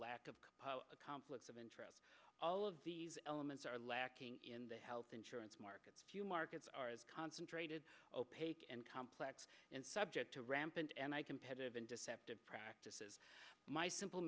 lack of conflicts of interest all of these elements are lacking in the health insurance markets few markets are concentrated opaque and complex and subject to rampant and i competitive and deceptive practices my simple